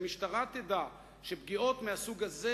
שהמשטרה תדע שפגיעות מהסוג הזה,